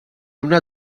una